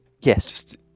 Yes